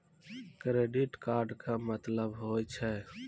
Credit card के मतलब होय छै?